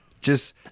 just-